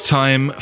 time